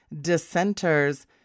dissenters